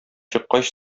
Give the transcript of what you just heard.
чыккач